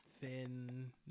thin